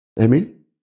Amen